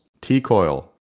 T-Coil